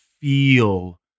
feel